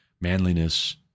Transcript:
manliness